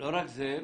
לא רק זה.